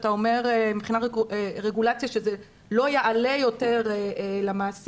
כשאתה אומר שמבחינת רגולציה זה לא יעלה יותר למעסיק,